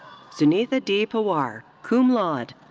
sunitha d. pawar, cum laude.